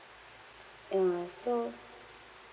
ah so